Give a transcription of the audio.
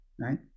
right